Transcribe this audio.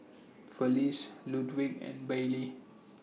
Felice Ludwig and Bailee